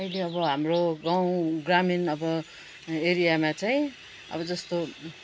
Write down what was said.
अहिले अब हाम्रो गाउँ ग्रामीण अब एरियामा चाहिँ अब जस्तो